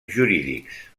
jurídics